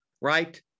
right